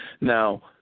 Now